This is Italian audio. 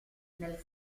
nel